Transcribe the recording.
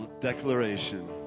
declaration